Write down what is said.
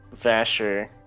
Vasher